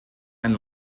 ein